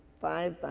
five